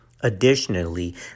Additionally